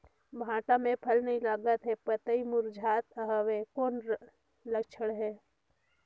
भांटा मे फल नी लागत हे पतई मुरझात हवय कौन लक्षण हे?